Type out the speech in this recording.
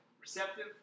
receptive